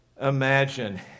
imagine